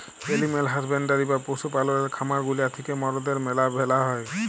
animal husbandry বা পশু পাললের খামার গুলা থিক্যা মরদের ম্যালা ভালা হ্যয়